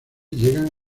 llegan